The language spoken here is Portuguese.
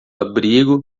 abrigo